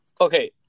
Okay